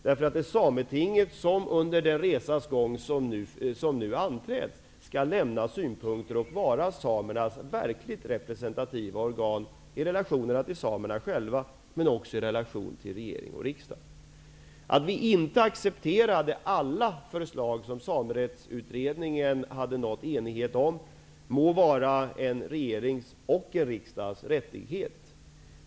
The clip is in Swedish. Det är Sametinget som under resans gång -- den resa som nu anträds -- skall lämna synpunkter och vara samernas verkligt representativa organ i relation till samerna själva men också i relation till regering och riksdag. Att vi inte accepterade alla förslag som samerättsutredningen hade nått enighet om må vara en regerings och en riksdags rättighet.